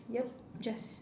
yup just